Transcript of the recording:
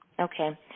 Okay